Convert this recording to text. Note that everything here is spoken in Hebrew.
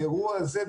האירוע הזה,